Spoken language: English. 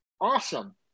awesome